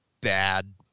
bad